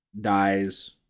dies